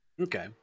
Okay